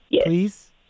please